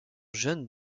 jeunes